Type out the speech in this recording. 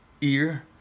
ear